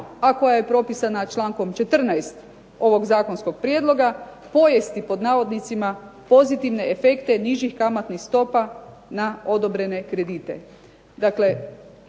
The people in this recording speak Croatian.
a koja je propisana člankom 14. ovog zakonskog prijedloga "pojesti" pozitivne efekte nižih kamatnih stopa na odobrene kredite.